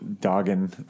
dogging